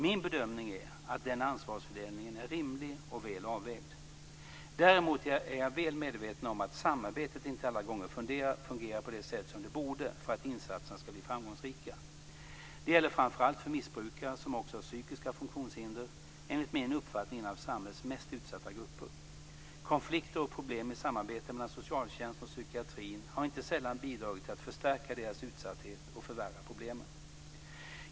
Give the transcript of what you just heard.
Min bedömning är att den ansvarsfördelningen är rimlig och väl avvägd. Däremot är jag väl medveten om att samarbetet inte alla gånger fungerar på det sätt som det borde för att insatserna ska bli framgångsrika. Det gäller framför allt för missbrukare som också har psykiska funktionshinder, enligt min uppfattning en av samhällets mest utsatta grupper. Konflikter och problem i samarbete mellan socialtjänsten och psykiatrin har inte sällan bidragit till att förstärka deras utsatthet och förvärra problemen.